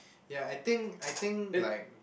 ya I think I think like